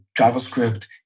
JavaScript